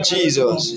Jesus